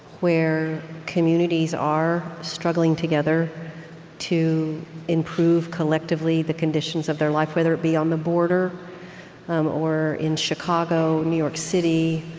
where communities are struggling together to improve, collectively, the conditions of their life, whether it be on the border or in chicago, new york city,